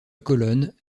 colonnes